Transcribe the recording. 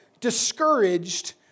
discouraged